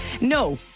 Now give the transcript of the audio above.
No